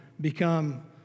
become